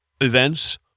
events